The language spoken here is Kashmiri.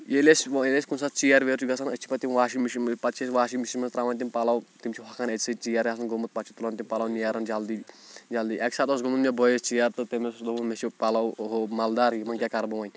ییٚلہِ أسۍ ییٚلہِ أسۍ کُنہِ ساتہٕ ژیر ویر چھُ گژھان أسۍ چھِ پَتہٕ تِم واشِنٛگ مِشیٖن منٛز پَتہٕ چھِ أسۍ واشِنٛگ مِشیٖن منٛز ترٛاوَان تِم پَلَو تِم چھِ ہۄکھان أتھۍ سٕے ژیر آسَان گوٚمُت پَتہٕ چھِ تُلان تِم پَلَو نیران جلدی جلدی اَکہِ ساتہٕ اوس گوٚمُت مےٚ بٲیِس ژیر تہٕ تٔمۍ اوس دوٚپمُت مےٚ چھِ پَلَو ہُہ مَلدار یِمَن کیاہ کَرٕ بہٕ وۄنۍ